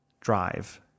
drive